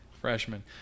freshman